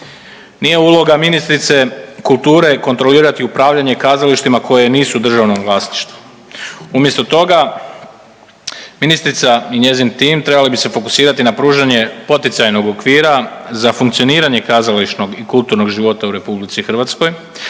Nije uloga ministrice kulture kontrolirati upravljanje kazalištima koja nisu u državnom vlasništvu. Umjesto toga ministrica i njezin tim trebali bi se fokusirati na pružanje poticajnog okvira za funkcioniranje kazališnog i kulturnog života u RH ne miješajući